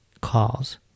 calls